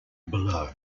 below